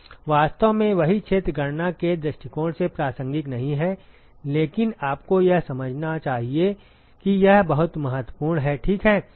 वास्तव में वही क्षेत्र गणना के दृष्टिकोण से प्रासंगिक नहीं है लेकिन आपको यह समझना चाहिए कि यह बहुत महत्वपूर्ण है ठीक है